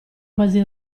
quasi